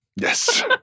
Yes